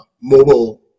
mobile